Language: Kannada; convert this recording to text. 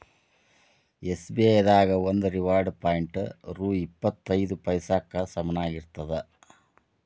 ಎಸ್.ಬಿ.ಐ ದಾಗ ಒಂದು ರಿವಾರ್ಡ್ ಪಾಯಿಂಟ್ ರೊ ಇಪ್ಪತ್ ಐದ ಪೈಸಾಕ್ಕ ಸಮನಾಗಿರ್ತದ